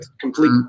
complete